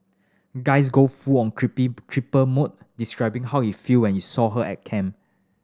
guys go full on creepy cheaper mode describing how it feel when he saw her at camp